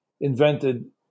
invented